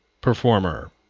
performer